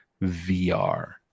VR